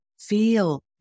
feel